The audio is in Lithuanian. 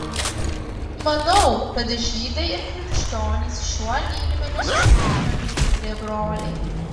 manau kad žydai ir krikščionys šiuo lygmeniu susitinka kaip tikri broliai